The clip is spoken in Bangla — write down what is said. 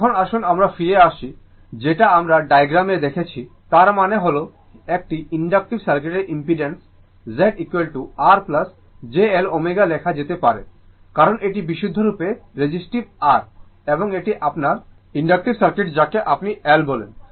এখন আসুন আমরা ফিরে আসি যেটা আমরা ডিয়াগ্রামে দেখেছি তার মানে হল একটি ইনডাকটিভ সির্কাইটের impedance Z R j L ω লেখা যেতে পারে কারণ এটি বিশুদ্ধরূপে রেজিস্টিভ R এবং এটি আপনার ইনডাকটিভ সার্কিট যাকে আপনি L বলেন